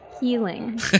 healing